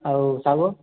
ଆଉ ଶାଗ